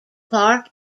clark